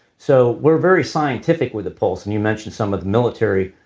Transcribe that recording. so we're very scientific with the pulse and you mentioned some of the military